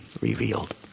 revealed